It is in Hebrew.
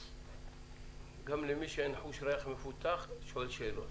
גם למי שאין חוש ריח מפותח עולות כל מיני שאלות.